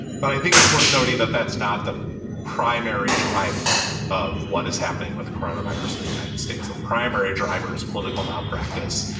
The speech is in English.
but i think it's worth noting that that's not the primary driver of what is happening with coronavirus in the united states. the primary driver is political malpractice,